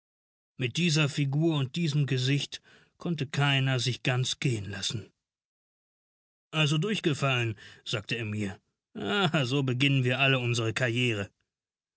mit dieser figur und diesem gesicht konnte keiner sich ganz gehen lassen also durchgefallen sagte er mir na so beginnen wir alle unsere karriere